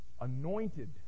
anointed